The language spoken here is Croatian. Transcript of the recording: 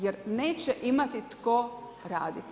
Jer neće imati tko raditi.